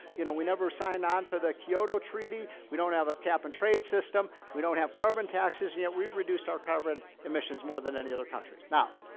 you know, we never signed on to the kyoto treaty. we don't have a cap and trade system. we don't have carbon taxes. yeah we've reduced our carbon emissions more than any other country now,